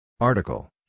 Article